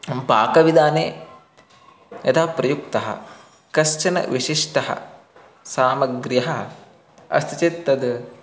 अहं पाकविधाने यथा प्रयुक्ताः काश्चन विशिष्टाः सामग्र्यः अस्ति चेत् ताः